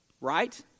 Right